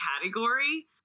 category